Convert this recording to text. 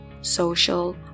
social